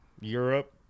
Europe